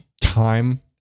time